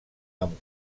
amb